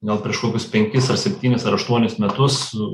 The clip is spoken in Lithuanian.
gal prieš kokius penkis ar septynis ar aštuonis metus